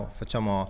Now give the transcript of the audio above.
facciamo